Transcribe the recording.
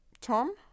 Tom